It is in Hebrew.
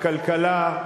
בכלכלה,